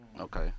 Okay